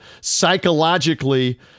psychologically